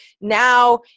now